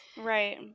Right